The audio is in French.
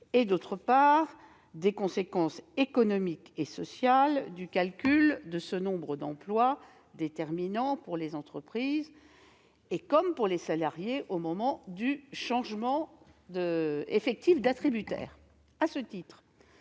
et, d'autre part, des conséquences économiques et sociales du calcul de ce nombre d'emplois, qui se révèle déterminant pour les entreprises comme pour les salariés au moment du changement effectif d'attributaire. À ce titre,